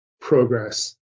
progress